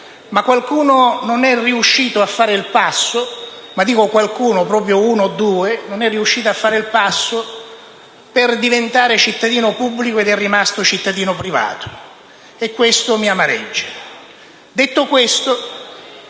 Qualcuno, però - ma dico qualcuno: proprio uno o due -, non è riuscito a fare il passo per diventare cittadino pubblico ed è rimasto cittadino privato. Questo mi amareggia.